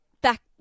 back